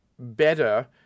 better